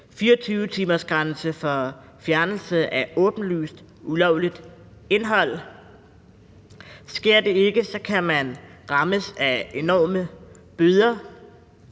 24-timersgrænse for fjernelse af åbenlyst ulovligt indhold. Sker det ikke, kan man rammes af enorme bøder.